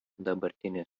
dabartinės